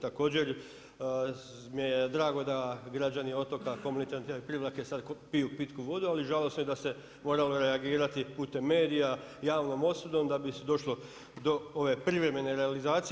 Također mi je drago da građani otoka … Privlake sada piju pitku vodu ali žalosno i da se moralo reagirati putem medija javnom osudom da bi došlo do ove privremene realizacije.